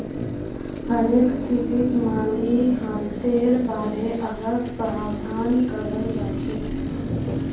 हरेक स्थितित माली हालतेर बारे अलग प्रावधान कराल जाछेक